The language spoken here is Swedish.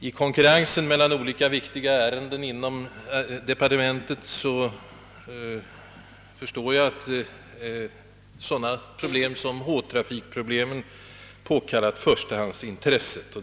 I konkurrensen mellan olika viktiga ärenden inom departementet har väl sådana problem som högertrafikfrågorna påkallat förstahandsintresset.